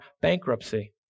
bankruptcy